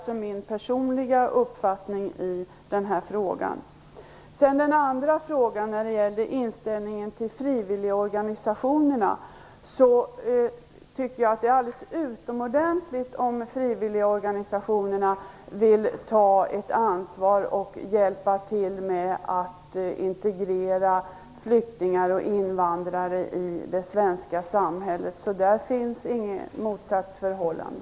Det är min personliga uppfattning i denna fråga. Den andra frågan gällde inställningen till frivilligorganisationerna. Det är alldeles utomordentligt om frivilligorganisationerna vill ta ett ansvar och hjälpa till med att integrera flyktingar och invandrare i det svenska samhället. Där finns inget motsatsförhållande.